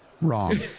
wrong